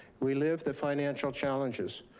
we live the financial challenges.